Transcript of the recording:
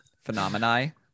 phenomena